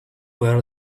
where